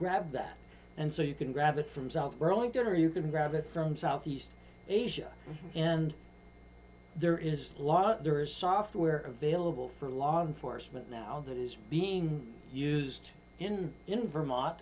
that and so you can grab it from south burlington or you can grab it from southeast asia and there is while there is software available for law enforcement now it is being used in in vermont